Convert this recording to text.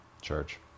Church